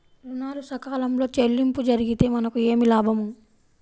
ఋణాలు సకాలంలో చెల్లింపు జరిగితే మనకు ఏమి లాభం?